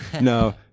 No